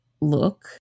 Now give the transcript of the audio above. look